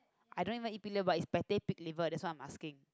I don't even eat pig liver is pate pig liver that's what I'm asking